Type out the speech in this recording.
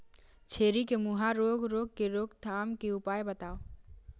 छेरी के मुहा रोग रोग के रोकथाम के उपाय बताव?